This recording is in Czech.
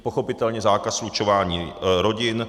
Pochopitelně zákaz slučování rodin.